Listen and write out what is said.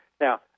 Now